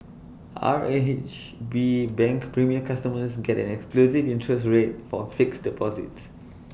R A H B bank premier customers get an exclusive interest rate for fixed deposits